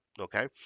okay